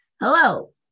Hello